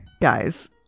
Guys